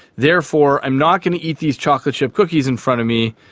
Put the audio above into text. therefore i'm not going to eat these chocolate chip cookies in front of me.